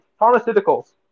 pharmaceuticals